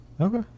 Okay